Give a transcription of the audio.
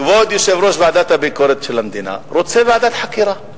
כבוד יושב-ראש ועדת הביקורת של המדינה רוצה ועדת חקירה,